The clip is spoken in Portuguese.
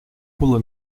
pula